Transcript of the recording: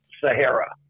Sahara